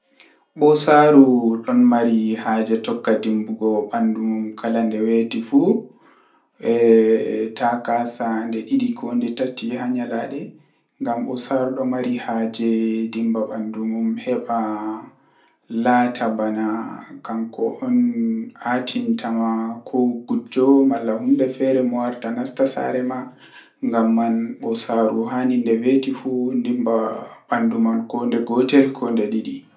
Ko waɗi mi yiɗi ahoosa am kuugal haa babal kuugal ma ngam to ahoosi an mi habdan sosai haa kampani ma, mi wannete kuugal no amari haaje nden mi tiɗdo masin mi wannete kala ko ayiɗi fu kala ko ayiɗi pat mi wannete haa babal kuugal ma ngam kampani man yaha yeedo.